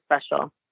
special